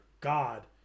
God